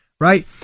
Right